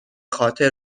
خاطر